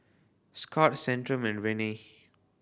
Scott Centrum and Rene